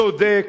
צודק,